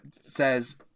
says